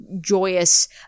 joyous